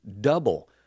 Double